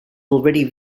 already